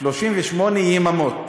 38 יממות.